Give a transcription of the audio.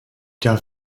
darf